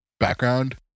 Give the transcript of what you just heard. background